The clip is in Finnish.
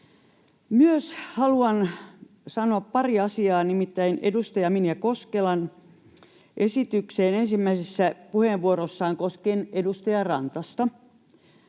Haluan myös sanoa pari asiaa edustaja Minja Koskelan esitykseen hänen ensimmäisessä puheenvuorossaan koskien edustaja Rantasta: